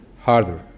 harder